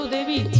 Devi